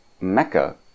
Mecca